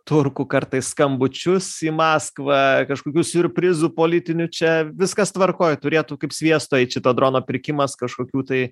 turkų kartais skambučius į maskvą kažkokių siurprizų politinių čia viskas tvarkoj turėtų kaip sviestu eit šito drono pirkimas kažkokių tai